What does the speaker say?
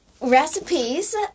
recipes